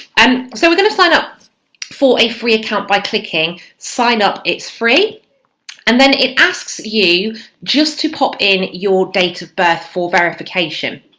um so we're gonna sign up for a free account by clicking sign up it's free and then it asks you just to pop in your date of birth for verification.